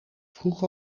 vroeg